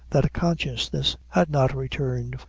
that consciousness had not returned,